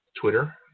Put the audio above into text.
Twitter